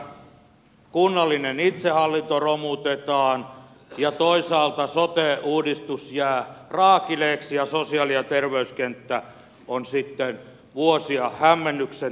yhtäältä kunnallinen itsehallinto romutetaan ja toisaalta sote uudistus jää raakileeksi ja sosiaali ja terveyskenttä on sitten vuosia hämmennyksen tilassa